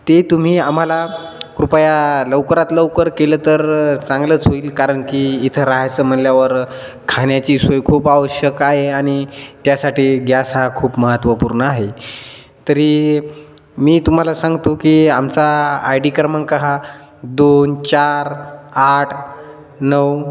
ते तुम्ही आम्हाला कृपया लवकरात लवकर केलं तर चांगलंच होईल कारण की इथं राहायचं म्हटल्यावर खाण्याची सोय खूप आवश्यक आहे आणि त्यासाठी गॅस हा खूप महत्त्वपूर्ण आहे तरी मी तुम्हाला सांगतो की आमचा आय डी क्रमांक हा दोन चार आठ नऊ